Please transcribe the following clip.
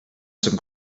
some